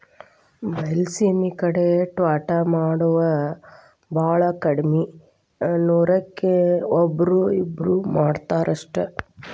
ಬೈಲಸೇಮಿ ಕಡೆ ತ್ವಾಟಾ ಮಾಡುದ ಬಾಳ ಕಡ್ಮಿ ನೂರಕ್ಕ ಒಬ್ಬ್ರೋ ಇಬ್ಬ್ರೋ ಮಾಡತಾರ ಅಷ್ಟ